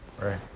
Right